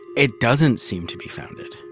it doesn't seem to be founded.